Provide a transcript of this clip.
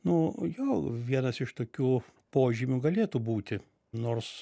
nu jo vienas iš tokių požymių galėtų būti nors